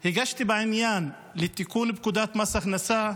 הגשתי בעניין לתיקון פקודת מס הכנסה,